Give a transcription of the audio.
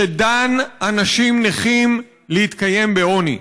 שדן אנשים נכים להתקיים בעוני.